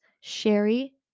Sherry